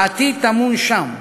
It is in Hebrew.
העתיד טמון שם.